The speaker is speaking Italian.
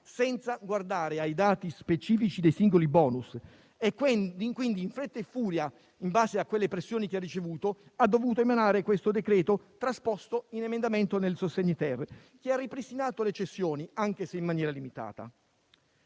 senza guardare ai dati specifici dei singoli *bonus*. Pertanto in fretta e furia, in base alle pressioni che ha ricevuto, ha dovuto emanare questo decreto trasposto in emendamento nel decreto sostegni-*ter*, che ha ripristinato le cessioni, anche se in maniera limitata.